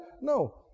No